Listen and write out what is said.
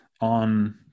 on